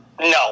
no